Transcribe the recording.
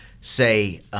say –